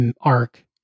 arc